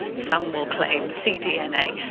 some will claim cdna,